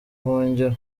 buhungiro